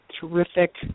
terrific